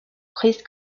chris